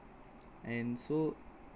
and so